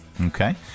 okay